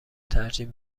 ترجیح